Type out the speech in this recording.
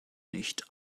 nicht